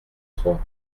trois